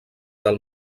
del